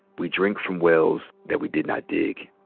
we drink from wells that we did not dig.